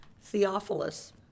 Theophilus